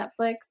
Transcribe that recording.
Netflix